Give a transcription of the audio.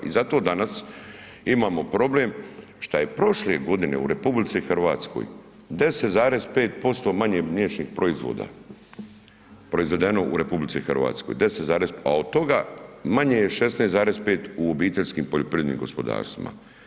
I zato danas imamo problem što je prošle godine u RH 10,5% manje mliječnih proizvoda proizvedeno u RH, 10, a od toga manje je 16,5 u obiteljskim poljoprivrednim gospodarstvima.